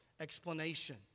explanation